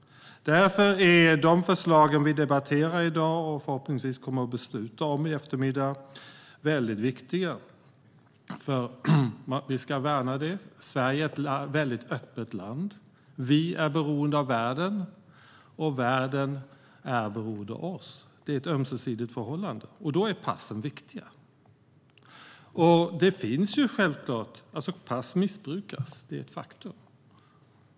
Därför är de förslag vi debatterar i dag och förhoppningsvis kommer att besluta om i eftermiddag viktiga. Vi ska värna passet. Sverige är ett öppet land. Vi är beroende av världen, och världen är beroende av oss. Det är ett ömsesidigt förhållande, och då är passen viktiga. Pass missbrukas. Det är ett faktum.